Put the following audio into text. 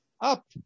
up